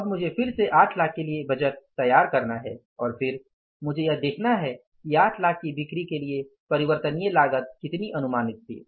अब मुझे फिर से ८ लाख के लिए बजट तैयार करना है और फिर मुझे यह देखना है कि ८ लाख की बिक्री के के लिए परिवर्तनीय लागत कितनी अनुमानित थी